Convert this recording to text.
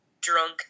drunk